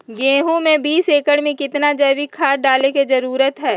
गेंहू में बीस एकर में कितना जैविक खाद डाले के जरूरत है?